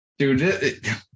Dude